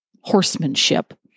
horsemanship